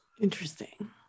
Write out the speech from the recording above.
Interesting